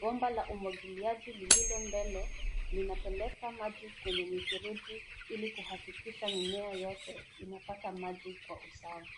Bomba la umwagiliaji lililo mbele linapeleka maji kwenye mifereji ili kuhakikisha mimea yote inapata maji kwa usawa.